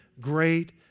great